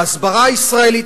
להסברה הישראלית,